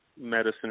medicine